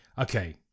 Okay